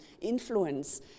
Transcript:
influence